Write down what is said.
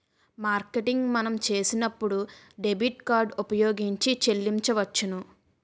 marketing మనం చేసినప్పుడు debit card ఉపయోగించి చెల్లించవచ్చును